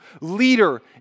leader